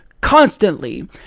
constantly